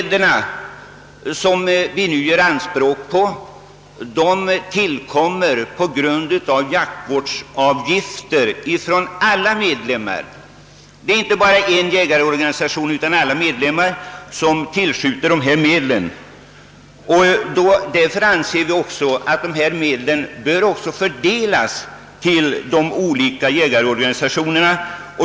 De medel vi nu gör anspråk på tillskjuts av alla medlemmar i alla jägarorganisationer i form av jaktvårdsavgifter. Därför anser vi att dessa medel också bör fördelas på de olika jägarorganisationerna.